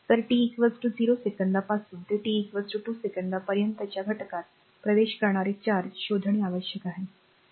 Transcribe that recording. तर टी 0 सेकंदापासून ते टी 2 सेकंदापर्यंतच्या घटकात प्रवेश करणारे चार्ज शोधणे आवश्यक आहे